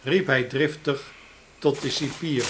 riep h driftig tot den cipier